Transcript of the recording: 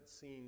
seen